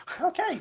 Okay